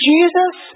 Jesus